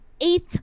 eighth